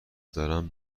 دارن